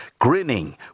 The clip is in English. Grinning